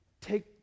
take